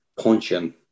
punching